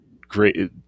great